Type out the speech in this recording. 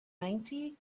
ninety